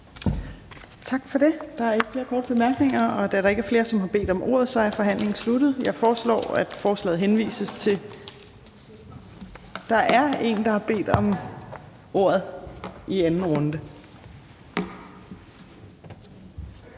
Tak for det. Der er ikke flere korte bemærkninger. Da der ikke er flere, som har bedt om ordet, er forhandlingen sluttet. Jeg foreslår, at forslaget henvises til Udvalget for Landdistrikter